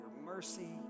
mercy